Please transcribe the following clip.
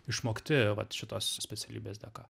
išmokti vat šitos specialybės dėka